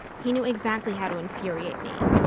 he knew exactly how to infuriate me,